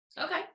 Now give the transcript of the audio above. okay